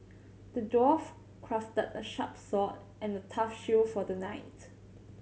the dwarf crafted a sharp sword and a tough shield for the knight